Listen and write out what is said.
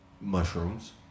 mushrooms